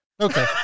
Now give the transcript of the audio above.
okay